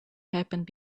happened